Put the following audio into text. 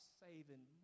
saving